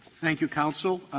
thank you, counsel.